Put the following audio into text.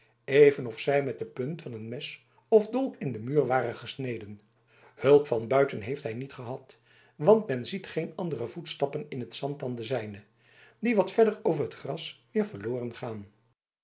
even of zij met de punt van een mes of dolk in den muur ware gesneden hulp van buiten heeft hij niet gehad want men ziet geen andere voetstappen in het zand dan de zijne die wat verder op het gras weer verloren raken